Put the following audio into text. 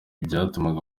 byatumaga